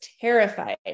terrified